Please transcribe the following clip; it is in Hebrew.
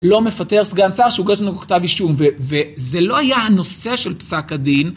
לא מפטר סגן שר שהוגש נגדו כתב אישום וזה לא היה הנושא של פסק הדין.